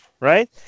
right